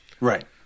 Right